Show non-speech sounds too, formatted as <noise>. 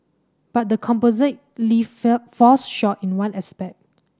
but the composite lift <unintelligible> falls short in one aspect